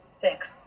six